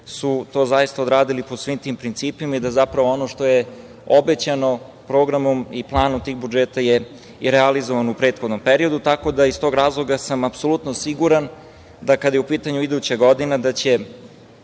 to zaista odradili po svim tim principima i da ono što je obećano programom i planom tih budžeta je i realizovano u prethodnom periodu. Iz tog razloga sam apsolutno siguran da kada je u pitanju iduća godina da će